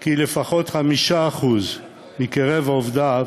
כי לפחות 5% מקרב עובדיו